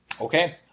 Okay